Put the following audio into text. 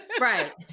Right